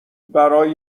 برای